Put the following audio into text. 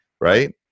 right